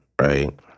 right